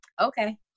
okay